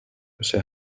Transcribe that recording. bisher